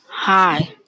Hi